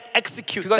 execute